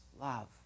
love